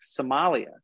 Somalia